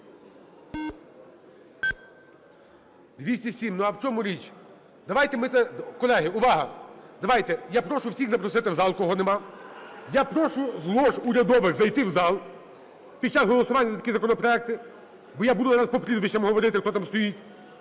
За-207 А в чому річ? Давайте ми… Колеги, увага! Давайте, я прошу всіх запросити в зал, кого нема. Я прошу з лож урядових зайти в зал під час голосування за такі законопроекти. Бо я буду зараз по прізвищам говорити, хто там стоїть.